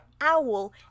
owl